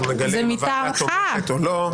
אנחנו נגלה אם הוועדה תומכת או לא.